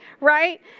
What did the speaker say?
right